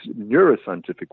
neuroscientific